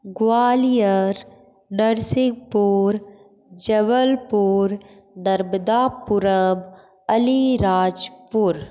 Gwalior Narsinghpur Jabalpur Narmadapuram Alirajpur